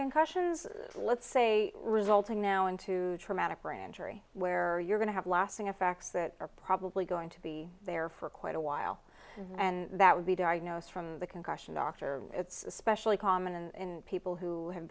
concussions let's say resulting now into traumatic brain injury where you're going to have lasting effects that are probably going to be there for quite a while and that would be diagnose from the concussion doctor it's especially common in people who have